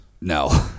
No